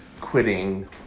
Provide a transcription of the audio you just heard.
quitting